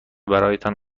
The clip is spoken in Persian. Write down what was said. برایتان